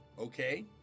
okay